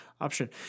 option